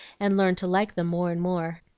and learned to like them more and more.